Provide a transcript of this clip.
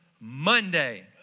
Monday